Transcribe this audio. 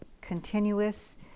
continuous